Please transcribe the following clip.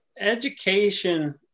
Education